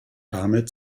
damit